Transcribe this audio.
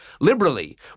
liberally